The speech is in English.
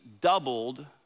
doubled